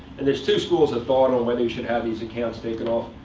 and there's two schools of thought on whether you should have these accounts taken off.